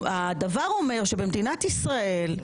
הדבר אומר שבמדינת ישראל,